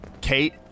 Kate